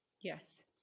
Yes